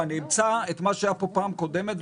ואני אמצא את מה שהיה פה בפעם הקודמת,